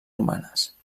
romanes